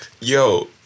Yo